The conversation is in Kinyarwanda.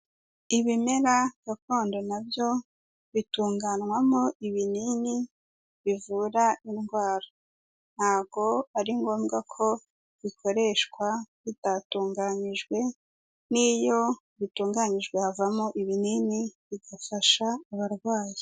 Ibimera gakondo na byo bitunganywamo ibinini bivura indwara. Ntabwo ari ngombwa ko bikoreshwa bitatunganyijwe n'iyo bitunganyijwe havamo ibinini bigafasha abarwayi.